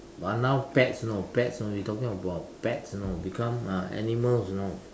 but now pets you know pets you know we talking about pets you know become uh animals you know